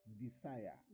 desire